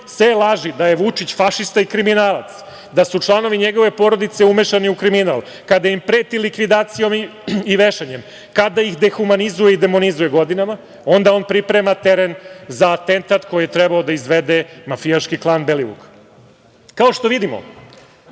seje laži da je Vučić fašista i kriminalac, da su članovi njegove porodice umešani u kriminal, kada im preti likvidacijom i vešanjem, kada ih dehumanizuje i demonizuje godinama, onda on priprema teren za atentat koji je trebao da izvede mafijaški klan Belivuk. Kao što vidimo,